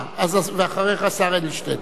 אחריך, השר אדלשטיין.